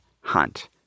Hunt